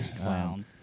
Clown